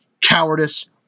cowardice